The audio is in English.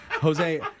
Jose